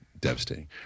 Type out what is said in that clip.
devastating